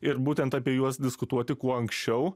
ir būtent apie juos diskutuoti kuo anksčiau